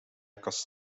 kast